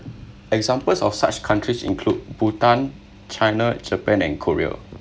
examples of such countries include bhutan china japan and korea